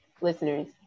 listeners